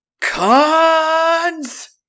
Cons